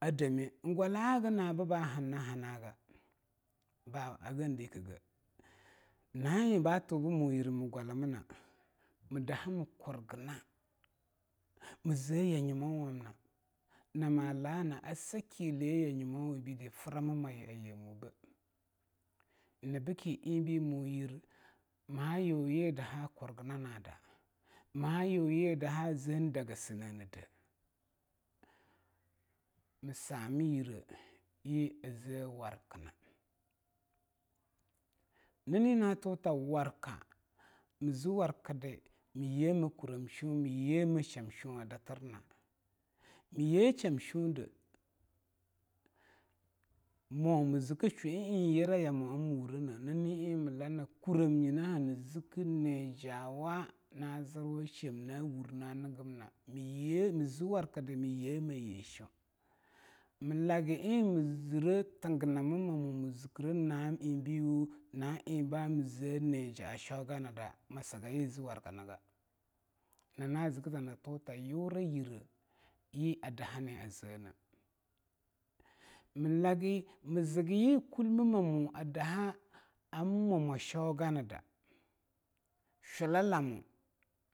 adame, gwala'a haga bba hanahanaga babu hagandikge, na'a eing bato bmo yir mgwalamnna mdaha mkurgna mze yanyummauwa mna namalanma assakiliye ayemubei. nyina nke eingbei ma yuryi aze warkna. nani nati ta warka, mze wakda myeme a kurem sheon. myeme a sheem sheon adatrana. mye shiem sheonde mo mzke shwa eing yire ya mo hamwurene na''eing mlar na kurem nyiuna hanzk nijwa shiem na wurna ngmna mye mzwakda myeme ayi sheon mlag eing mzre tgnnammamo mzkre nwa eing na'a eing najhamze nija'a shwoganda msga ta ntota yuryire yi adaha na azene. Mzgyi kulmmame adaha ham mwa ma shwo gada.